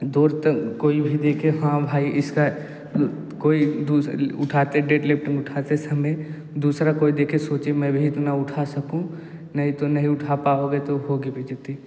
दूर तक कोई भी देखे हाँ भाई इसका कोई कोई उठाते डेडलिफ्टिंग उठाते है समय दूसरा कोई देखे सोचे मैं भी इतना उठा सकूँ नहीं तो नहीं उठा पाओगे तो होगी बेइज़्ज़ती